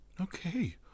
Okay